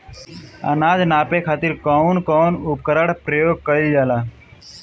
अनाज नापे खातीर कउन कउन उपकरण के प्रयोग कइल जाला?